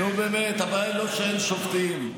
אין שופטים,